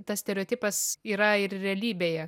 tas stereotipas yra ir realybėje